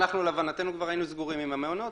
אנחנו להבנתנו כבר היינו סגורים עם המעונות,